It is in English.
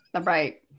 Right